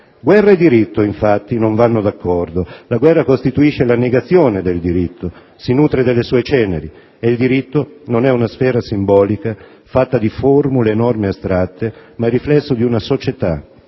Guerra e diritto, infatti, non vanno d'accordo: la guerra costituisce la negazione del diritto, si nutre delle sue ceneri. E il diritto non è una sfera simbolica fatta di formule e norme astratte, ma il riflesso di una società